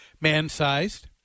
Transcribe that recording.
man-sized